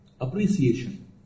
appreciation